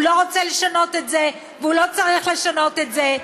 הוא לא רוצה לשנות את זה והוא לא צריך לשנות את זה.